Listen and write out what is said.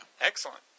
Excellent